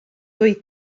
doedd